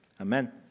Amen